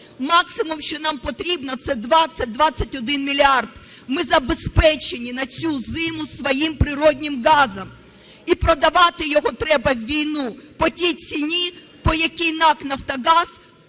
Максимум, що нам потрібно, – це 20-21 мільярд. Ми забезпечені на цю зиму своїм природним газом, і продавати його треба в війну по тій ціні, по якій НАК "Нафтогаз"